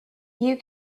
you